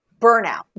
burnout